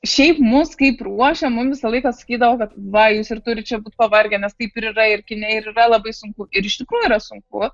šiaip mus kaip ruošia mum visą laiką sakydavo kad va jūs ir turi čia būti pavargę nes taip ir yra ir kine ir yra labai sunku ir iš tikrųjų yra sunku